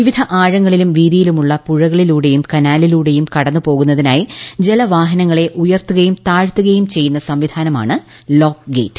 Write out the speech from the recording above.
വിവിധ ആഴങ്ങളിലും വീതിയിലുമുള്ള പുഴയിലൂടെയും കനാലിലൂടെയും കടന്നുപോകുന്നതിനായി ജലവാഹനങ്ങളെ ഉയർത്തുകയും താഴ്ത്തുകയും ചെയ്യുന്ന സംവിധാനമാണ് ലോക്ക് ഗേറ്റ്